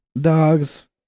dogs